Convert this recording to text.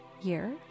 year